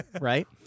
Right